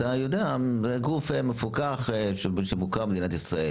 אתה יודע שזה גוף מפוקח שמוכר במדינת ישראל.